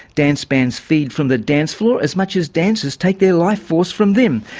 dance bands feed from the dance floor as much as dancers take their life force from them.